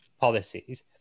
policies